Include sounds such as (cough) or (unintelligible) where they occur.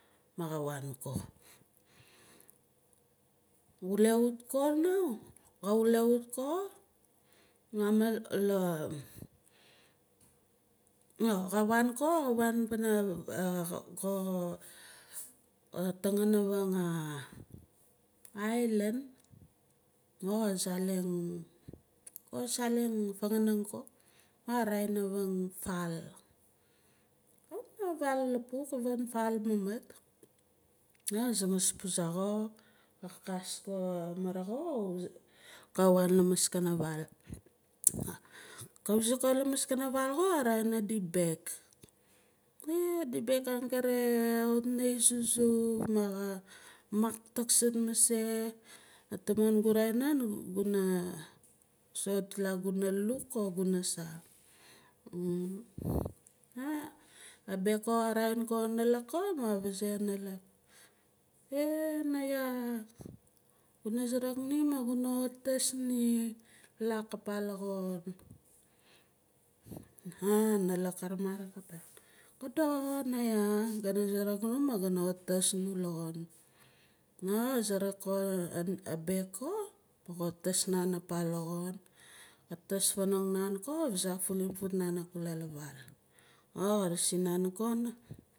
Maa xa waan ko wule wut ko nau ka wule wut ko (unintelligible) tangan avang island maa ka saleng ka saleng fanganang ko ma ka raa- in avang vaal kawit na vaal lapuk avang vaal mamat ma ka zangas puzah xo ka kaas a maara xo kawan lamaskana vaal ka wizik lamaskana vaal xo ka raa- in adi baayaak eh adi baayaak angare kawit na zuzuf ma xa mak taksart mase mah tamon guna raa- in naan ma ka vaazei analak ka namarat ka piaat ko doxo naiya gana suruk nu ma ganwaw tus nu laxon ma ka suruk a baayak ko ka tus nan apa la xon katus fanong naan ko ka fazaak fuling naan la vaal ma k resin nan ko la vaal.